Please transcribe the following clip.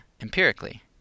empirically